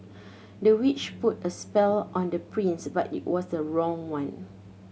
the witch put a spell on the prince but it was the wrong one